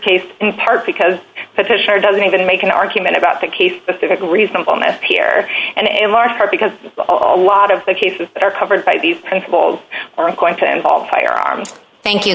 case in part because petitioner doesn't even make an argument about the case specifically reasonableness here and in large part because a lot of the cases that are covered by these principals aren't going to involve firearms thank you